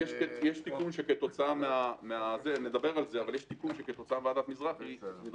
יש תיקון שבא כתוצאה מוועדת מזרחי.